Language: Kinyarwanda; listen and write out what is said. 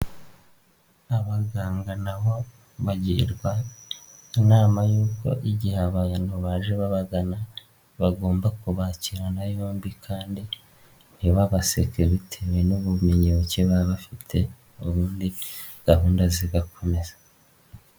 Abaganga na bo bagirwa inama yuko igihe abantu baje babagana, bagomba kubaki na yombi kandi ntibabaseke bitewe n'ubumenyi buke baba bafite, ubundi gahunda zigakomeza.